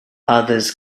others